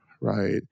right